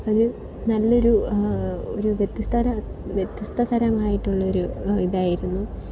ഒരു നല്ലൊരു ഒരു വ്യത്യസ്ത തരമായിട്ടുള്ളൊരു ഇതായിരുന്നു